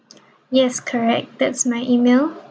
yes correct that's my email